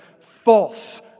false